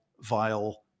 vile